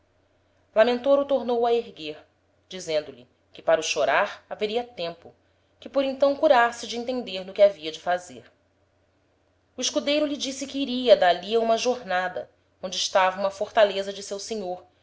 lamentor o tornou a erguer dizendo-lhe que para o chorar haveria tempo que por então curasse de entender no que havia de fazer o escudeiro lhe disse que iria d'ali a uma jornada onde estava uma fortaleza de seu senhor